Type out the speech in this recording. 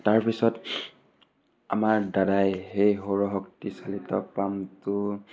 তাৰপিছত আমাৰ দাদাই সেই সৌৰশক্তি চালিত পামটো